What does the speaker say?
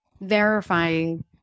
verifying